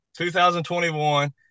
2021